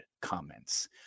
comments